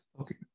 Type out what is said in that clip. Okay